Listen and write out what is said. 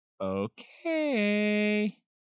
Okay